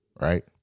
Right